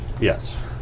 Yes